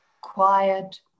quiet